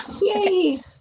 Yay